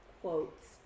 quotes